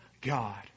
God